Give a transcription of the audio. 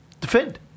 defend